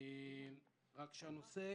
רק שהנושא,